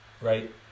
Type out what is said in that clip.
right